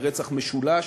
לרצח משולש.